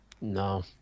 No